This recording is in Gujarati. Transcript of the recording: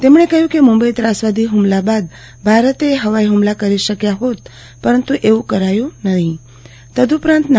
તેમણે કહ્યું કે મુંબઇ ત્રાસવાદી હુમલા બાદ ભારતે હવાઇ હુમલા કરી શકાયા હોત પરંતુ એવું કરાયું નહોતું